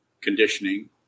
conditioning